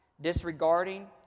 disregarding